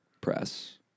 press